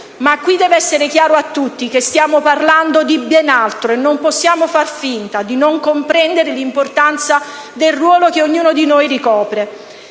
ma qui deve essere chiaro a tutti che stiamo parlando di ben altro, e non possiamo far finta di non comprendere l'importanza del ruolo che ognuno di noi ricopre.